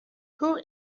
who